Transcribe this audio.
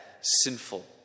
sinful